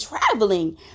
traveling